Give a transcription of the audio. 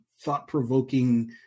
thought-provoking